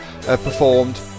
performed